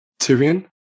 Tyrion